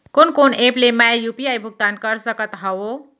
कोन कोन एप ले मैं यू.पी.आई भुगतान कर सकत हओं?